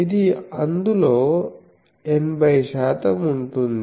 ఇది అందులో 80 శాతం ఉంటుంది